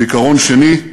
ועיקרון שני,